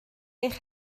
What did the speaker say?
eich